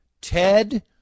Ted